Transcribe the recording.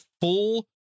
full